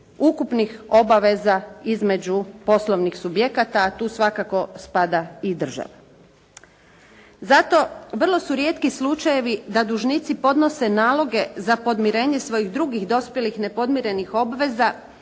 ukupnih obaveza između poslovnih subjekata, a tu svakako spada i država. Zato, vrlo su rijetki slučajevi da dužnici podnose naloge za podmirenje svojih drugih dospjelih nepodmirenih obveza,